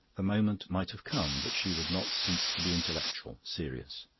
the moment might have come, but she would not cease to be intellectual, serious.